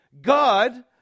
God